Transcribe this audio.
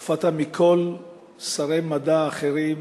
הופעת, מכל שרי המדע האחרים,